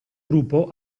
gruppo